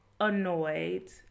annoyed